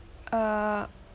uh